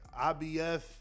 IBF